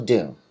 Doom